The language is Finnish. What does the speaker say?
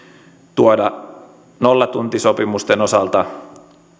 tuoda nollatuntisopimusten osalta